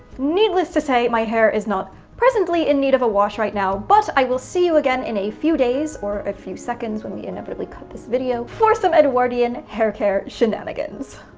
needless to say, my hair is not presently in need of a wash right now, but i will see you again in a few days or a few seconds when we inevitably cut this video, for some edwardian haircare shenanigans.